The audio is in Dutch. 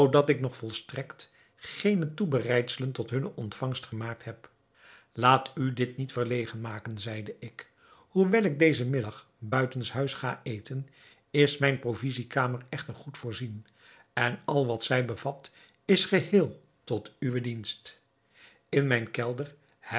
zoodat ik nog volstrekt geene toebereidselen tot hunne ontvangst gemaakt heb laat u dit niet verlegen maken zeide ik hoewel ik dezen middag buitenshuis ga eten is mijn provisiekamer echter goed voorzien en al wat zij bevat is geheel tot uwen dienst in mijn kelder